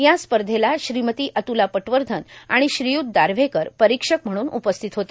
या स्पधला श्रीमती अतुला पटवधन आाण श्रीयुत दारव्हेकर पराक्षक म्हणून उपस्थित होते